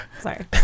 Sorry